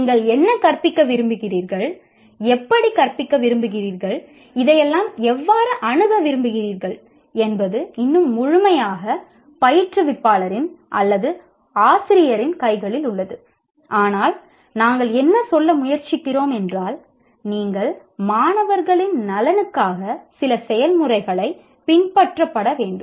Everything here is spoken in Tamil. நீங்கள் என்ன கற்பிக்க விரும்புகிறீர்கள் எப்படி கற்பிக்க விரும்புகிறீர்கள் இதையெல்லாம் எவ்வாறு அணுக விரும்புகிறீர்கள் என்பது இன்னும் முழுமையாக பயிற்றுவிப்பாளரின் அல்லது ஆசிரியரின் கைகளில் உள்ளது ஆனால் நாங்கள் என்ன சொல்ல முயற்சிக்கிறோம் என்றால் நீங்கள் மாணவர்களின் நலனுக்காக சில செயல்முறைகளை பின்பற்றப்பட வேண்டும்